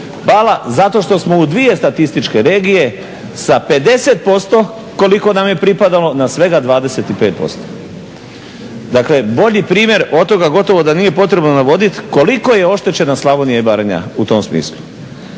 pala zato što smo u 2 statističke regije sa 50% koliko nam je pripadalo na svega 25%. Dakle, bolji primjer od toga gotovo da nije potrebno navoditi, koliko je oštećena Slavonija i Baranja u tom smislu.